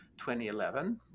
2011